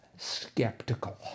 skeptical